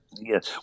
Yes